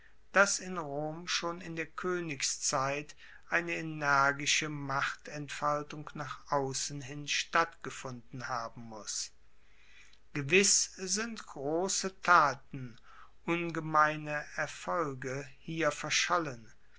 dass in rom schon in der koenigszeit eine energische machtentfaltung nach aussen hin stattgefunden haben muss gewiss sind grosse taten ungemeine erfolge hier verschollen